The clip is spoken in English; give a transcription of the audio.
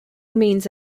means